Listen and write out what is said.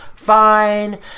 fine